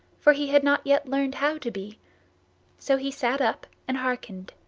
for he had not yet learned how to be so he sat up and hearkened.